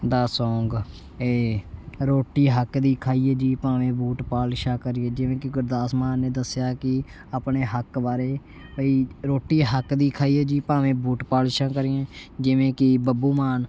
ਦਾ song ਏ ਰੋਟੀ ਹੱਕ ਦੀ ਖਾਈਏ ਜੀ ਭਾਵੇਂ ਬੂਟ ਪਾਲਸ਼ਾ ਕਰੀਏ ਜਿਵੇਂ ਕਿ ਗੁਰਦਾਸ ਮਾਨ ਨੇ ਦੱਸਿਆ ਕਿ ਆਪਣੇ ਹੱਕ ਬਾਰੇ ਬਈ ਰੋਟੀ ਹੱਕ ਦੀ ਖਾਈਏ ਜੀ ਭਾਵੇਂ ਬੂਟ ਪਾਲਸ਼ਾਂ ਕਰੀਏ ਜਿਵੇਂ ਕਿ ਬੱਬੂ ਮਾਨ